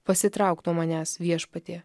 pasitrauk nuo manęs viešpatie